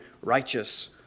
righteous